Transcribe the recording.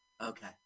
Okay